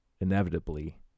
inevitably